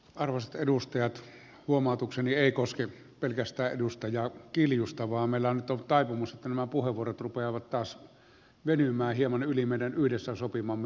arvoisat edustajat huomautukseni ei koske pelkästään edustaja kiljusta vaan meillä nyt on ollut taipumus että nämä puheenvuorot rupeavat taas venymään hieman yli meidän yhdessä sopimamme enimmäispituuden